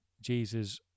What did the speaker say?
Jesus